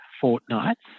fortnights